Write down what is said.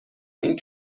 این